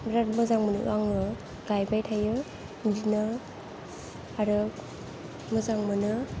बिराद मोजां मोनो आङो गायबाय थायो बिदिनो आरो मोजां मोनो